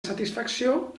satisfacció